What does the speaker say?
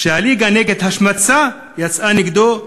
שהליגה נגד השמצה יצאה נגדו,